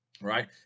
right